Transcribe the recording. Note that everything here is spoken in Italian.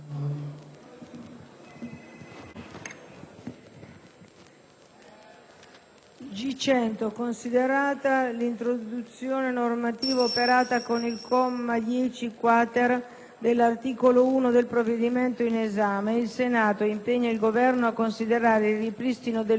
considerata l'introduzione normativa operata con il comma 10-*quater* dell'articolo 1 del provvedimento in esame, impegna il Governo a considerare il ripristino delle risorse